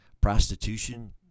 prostitution